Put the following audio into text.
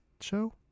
show